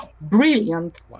brilliant